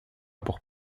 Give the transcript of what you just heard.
pour